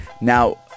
now